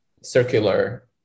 circular